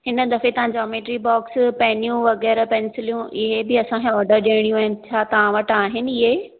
हिन दफ़े तव्हां जोमेट्री बोक्स पेनियूं वग़ैरह पेंसिलूं इहे बि असांखे वधे ॾियणू आहिनि छा तव्हां वटि आहिनि इहे